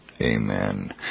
Amen